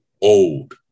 old